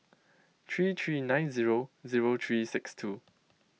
three three nine zero zero three six two